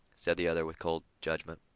said the other with cold judgment.